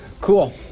Cool